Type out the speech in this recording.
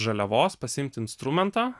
žaliavos pasiimt instrumentą